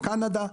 בקנדה,